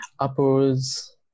Apple's